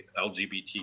LGBT